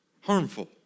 harmful